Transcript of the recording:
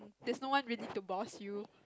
there's no one really to boss you